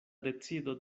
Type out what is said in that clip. decido